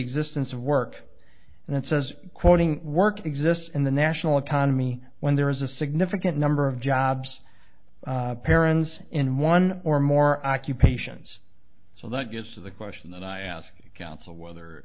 existence of work and it says quoting work exists in the national economy when there is a significant number of jobs parents in one or more occupations so that yes is a question that i ask counsel whether